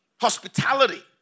Hospitality